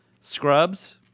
Scrubs